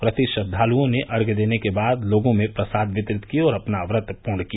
व्रती श्रद्वालुओं ने अर्घ्य देने के बाद लोगों में प्रसाद वितरित किए और अपना व्रत पूर्ण किया